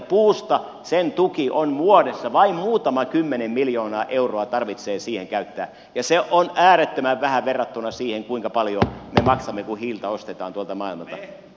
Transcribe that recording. mutta sen puun tukeen tarvitsee vuodessa vain muutama kymmenen miljoonaa euroa käyttää ja se on äärettömän vähän verrattuna siihen kuinka paljon me maksamme kun hiiltä ostetaan tuota maailmalta